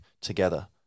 together